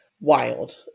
wild